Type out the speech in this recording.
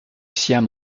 siam